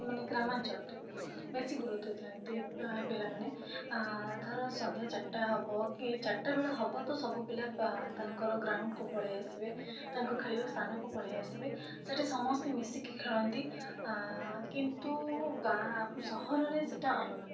ମାନେ ଗ୍ରାମାଞ୍ଚଳରେ ବେଶୀ ଗୁରୁତ୍ଵ ଦିଅନ୍ତି ଆଁ ପିଲାମାନେ ଧର ସନ୍ଧ୍ୟା ଚାରିଟା ହେବକି ଚାରିଟା ବେଳ ହେବ ତ ସବୁ ପିଲା ପା ତାଙ୍କର ଗ୍ରାଉଣ୍ଡ୍ କୁ ପଳେଇ ଆସିବେ ତାଙ୍କ ଖେଳିବା ସ୍ଥାନକୁ ପଳେଇ ଆସିବେ ସେଠି ସମସ୍ତେ ମିଶିକି ଖେଳନ୍ତି କିନ୍ତୁ ଗାଁ ଓ ସହରରେ ସେଟା ଅଲଗା